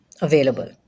available